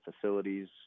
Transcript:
facilities